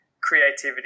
creativity